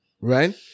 right